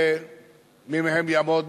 מי מהם יעמוד